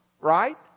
right